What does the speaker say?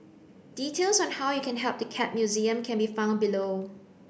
details on how you can help the Cat Museum can be found below